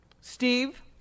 Steve